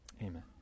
amen